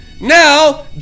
now